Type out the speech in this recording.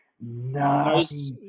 Nice